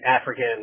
african